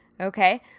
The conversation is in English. Okay